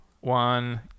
one